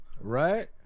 Right